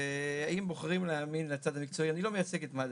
אני לא מייצג את מד"א,